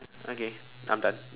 okay I'm done